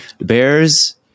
Bears